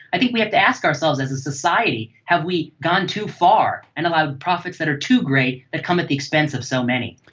i think we have to ask ourselves as a society have we gone too far and allowed profits that are too great that come at the expense of so many.